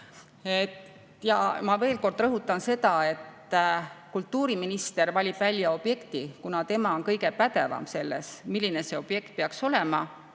8.2.Ma veel kord rõhutan seda, et kultuuriminister valib välja objekti, kuna tema on kõige pädevam ütlema, milline peaks olema